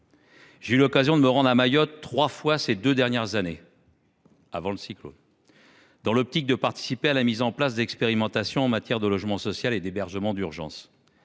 J’ai eu l’occasion de me rendre à Mayotte trois fois ces deux dernières années »– avant le cyclone –« dans l’optique de participer à la mise en place d’expérimentations en matière de logement social et d’hébergement d’urgence.